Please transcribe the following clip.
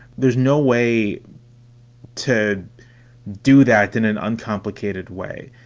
there's no way to do that in an uncomplicated way,